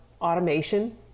automation